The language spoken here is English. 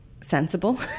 Sensible